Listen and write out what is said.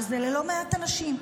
שזה לא מעט אנשים.